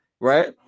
Right